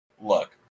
Look